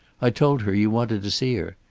i told her you wanted to see her.